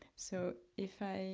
so if i